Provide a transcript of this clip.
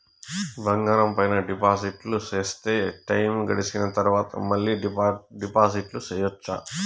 బంగారం పైన డిపాజిట్లు సేస్తే, టైము గడిసిన తరవాత, మళ్ళీ డిపాజిట్లు సెయొచ్చా?